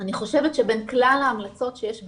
אני חושבת שבין כלל ההמלצות שיש בדו"ח,